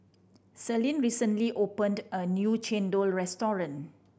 Celine recently opened a new chendol restaurant